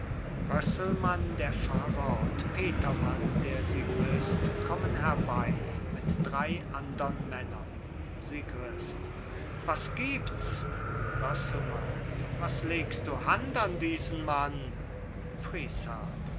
der pfarrer und petermann der sigrist kommen herbei mit drei andern männern sigrist was gibt's rösselmann was legst du hand an diesen mann